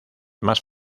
más